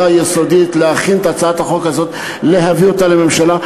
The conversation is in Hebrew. יסודית להכין את הצעת החוק הזאת ולהביא אותה לממשלה.